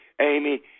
Amy